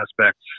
aspects